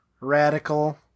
radical